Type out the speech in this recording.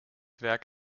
werk